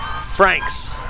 Franks